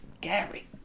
Gary